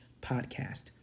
podcast